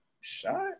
shot